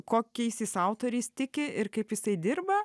kokiais jis autoriais tiki ir kaip jisai dirba